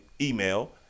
Email